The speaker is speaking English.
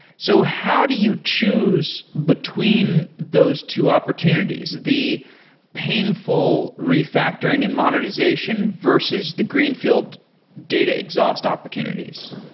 so how do you choose between those two opportunities? the painful refactoring and modernization, versus the greenfield data exhaust opportunities?